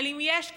אבל אם יש כזאת,